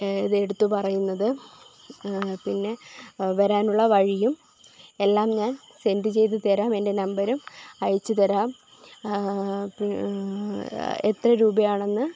ഇതെടുത്തു പറയുന്നത് പിന്നെ വരാനുള്ള വഴിയും എല്ലാം ഞാൻ സെൻറ്റ് ചെയ്തു തരാം ഞാൻ എൻ്റെ നമ്പറും അയച്ചുതരാം പി എത്രരൂപയാണെന്ന്